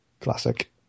Classic